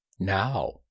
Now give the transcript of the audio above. Now